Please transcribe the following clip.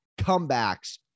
comebacks